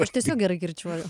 aš tiesiog gerai kirčiuoju